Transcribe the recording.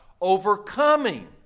overcoming